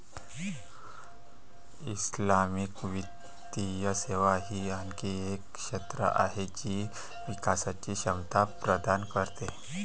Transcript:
Islamic वित्तीय सेवा ही आणखी एक क्षेत्र आहे जी विकासची क्षमता प्रदान करते